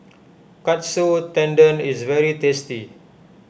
Katsu Tendon is very tasty